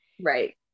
Right